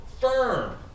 firm